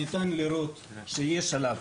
לראות שיש עליו